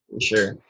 Sure